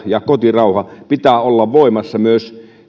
ja kotirauhan pitää olla voimassa myös